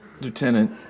Lieutenant